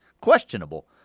questionable